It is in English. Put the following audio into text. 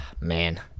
man